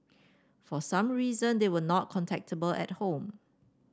for some reason they were not contactable at home